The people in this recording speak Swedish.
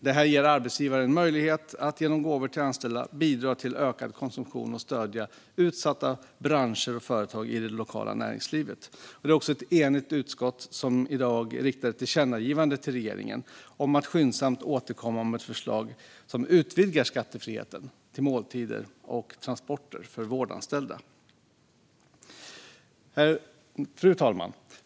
Det ger arbetsgivaren möjlighet att genom gåvor till anställda bidra till ökad konsumtion och till att stödja utsatta branscher och företag i det lokala näringslivet. Det är också ett enigt utskott som i dag riktar ett tillkännagivande till regeringen om att skyndsamt återkomma med ett förslag om att utvidga skattefriheten till måltider och transporter för vårdanställda. Fru talman!